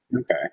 Okay